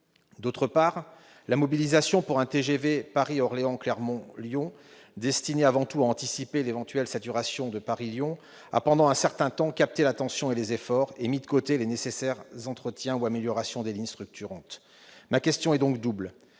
ailleurs, la mobilisation pour un TGV Paris-Orléans-Clermont-Ferrand-Lyon, dit POCL, destiné avant tout à anticiper l'éventuelle saturation de la ligne Paris-Lyon, a pendant un certain temps capté l'attention et les efforts, et a mis de côté les nécessaires entretiens ou améliorations des lignes structurantes. Ma question est donc double.